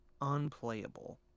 unplayable